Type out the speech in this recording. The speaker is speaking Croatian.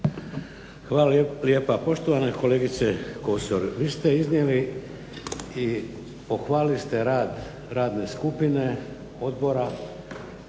Hvala lijepa. Poštovana kolegice Kosor, vi ste iznijeli i pohvalili ste rad radne skupine odbora